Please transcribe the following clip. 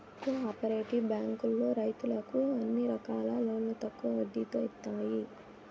co operative బ్యాంకులో రైతులకు అన్ని రకాల లోన్లు తక్కువ వడ్డీతో ఇత్తాయి